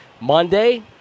Monday